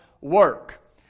work